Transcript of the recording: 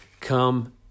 come